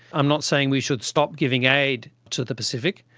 i'm not saying we should stop giving aid to the pacific,